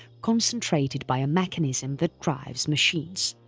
concentrated by a mechanism that drives machines.